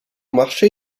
marché